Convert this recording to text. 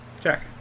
check